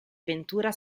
ventura